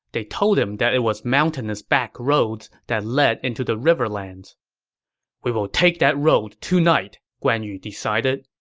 they told him that it was mountainous backroads that led into the riverlands we will take that road tonight, guan yu decided